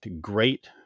great